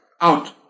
out